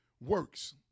works